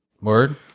Word